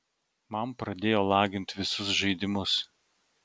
man pradėjo lagint visus žaidimus